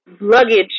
luggage